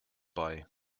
bei